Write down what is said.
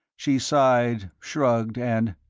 she sighed, shrugged, and